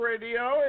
radio